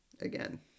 again